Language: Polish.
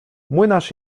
młynarz